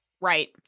Right